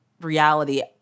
reality